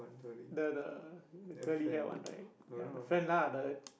the the curly hair one right ya the friend lah the